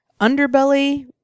Underbelly